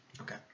Okay